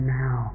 now